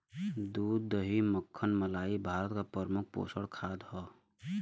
दूध दही मक्खन मलाई भारत क प्रमुख पोषक खाद्य हौ